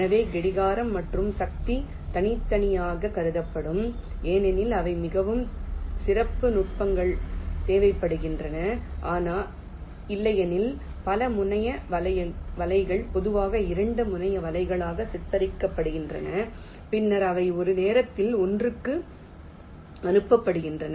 எனவே கடிகாரம் மற்றும் சக்தி தனித்தனியாகக் கருதப்படும் ஏனெனில் அவை மிகவும் சிறப்பு நுட்பங்கள் தேவைப்படுகின்றன ஆனால் இல்லையெனில் பல முனைய வலைகள் பொதுவாக 2 முனைய வலைகளாக சிதைக்கப்படுகின்றன பின்னர் அவை ஒரு நேரத்தில் ஒன்றுக்கு அனுப்பப்படுகின்றன